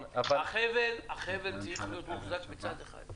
החבל צריך להיות מוחזק בצד אחד.